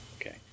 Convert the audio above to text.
Okay